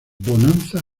bonanza